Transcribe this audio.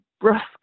brusque